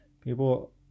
people